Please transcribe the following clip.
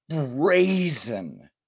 brazen